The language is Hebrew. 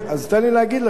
אז תן לי להגיד לך.